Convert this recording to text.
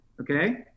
Okay